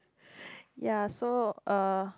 ya so uh